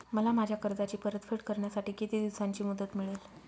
मला माझ्या कर्जाची परतफेड करण्यासाठी किती दिवसांची मुदत मिळेल?